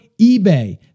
eBay